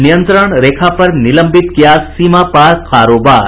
नियंत्रण रेखा पर निलंबित किया सीमा पार कारोबार